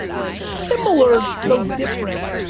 similar, though different.